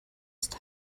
ist